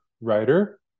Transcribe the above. writer